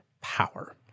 power